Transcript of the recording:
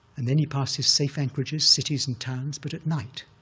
and then he passes safe anchorages, cities and towns, but at night.